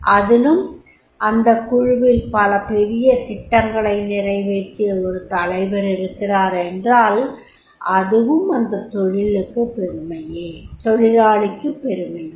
அதிலும் அந்தக் குழுவில் பல பெரிய திட்டங்களை நிறைவேற்றிய ஒரு தலைவர் இருக்கிறார் என்றால் அதுவும் அந்த தொழிலாளிக்கு பெருமையே